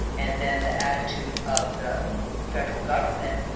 and then, the attitude of the federal government,